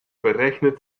berechnet